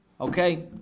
Okay